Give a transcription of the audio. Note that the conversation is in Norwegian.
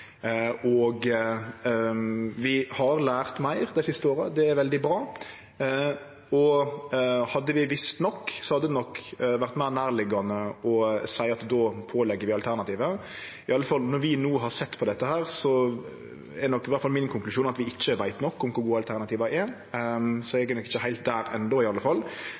og kommersielle aktørar. Vi har lært meir dei siste åra. Det er veldig bra. Og hadde vi visst nok, hadde det nok vore meir naturleg å seie at då pålegg vi alternativet. Når vi no har sett på dette, er vel i alle fall konklusjonen min at vi ikkje veit nok om kor gode alternativa er. Så eg er nok ikkje heilt der enno, i alle fall.